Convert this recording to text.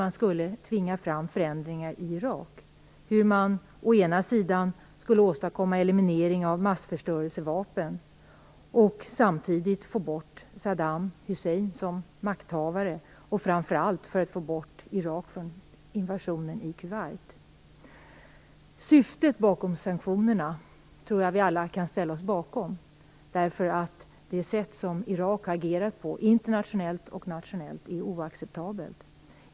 Man skulle tvinga fram förändringar i Irak, man skulle åstadkomma en eliminering av massförstörelsevapen, samtidigt få bort Saddam Hussein som makthavare och framför att få bort Irak från Kuwait, som Irak hade invaderat. Syftet med sanktionerna kan vi väl alla ställa oss bakom därför att det sätt som Irak agerat på, internationellt och nationellt, är oacceptabelt.